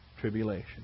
tribulation